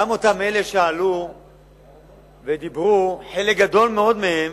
גם אותם אלה שעלו ודיברו, חלק גדול מאוד מהם